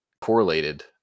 correlated